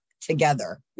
together